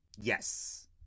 Yes